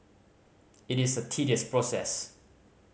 it is a tedious process